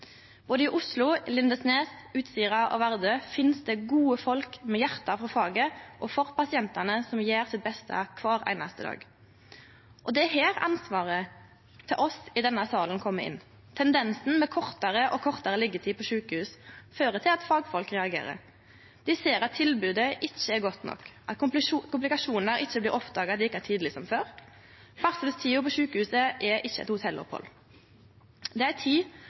Både i Oslo, Lindesnes, Utsira og Vardø finst det gode folk med hjarta for faget og for pasientane – folk som gjer sitt beste kvar einaste dag. Det er her ansvaret til oss i denne salen kjem inn. Tendensen med kortare og kortare liggjetid på sjukehus fører til at fagfolk reagerer. Dei ser at tilbodet ikkje er godt nok, og at komplikasjonar ikkje blir oppdaga like tidleg som før. Barseltida på sjukehuset er ikkje eit hotellopphald. Det er ei tid